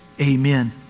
amen